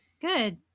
Good